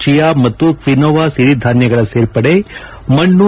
chia ಮತ್ತು quinoa ಸಿರಿಧಾನ್ಯಗಳ ಸೇರ್ಪಡೆ ಮಣ್ಣು